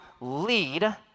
lead